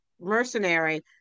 mercenary